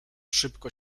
szybko